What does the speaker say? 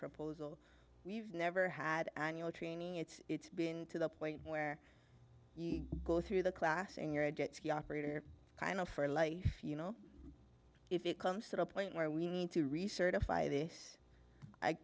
proposal we've never had annual training it's been to the point where you go through the class and you're a jet ski operator kind of for life you know if it comes to a point where we need to recertify this i